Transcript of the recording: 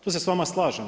Tu se sa vama slažem.